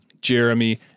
Jeremy